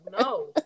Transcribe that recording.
no